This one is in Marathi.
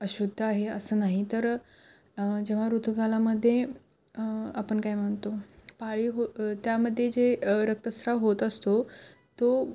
अशुद्ध आहे असं नाही तर जेव्हा ऋतूकालामध्ये आपण काय म्हणतो पाळी हो त्यामध्ये जे रक्तस्राव होत असतो तो